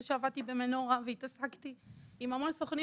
אחרי שעבדתי במנורה והתעסקתי עם המון סוכנים,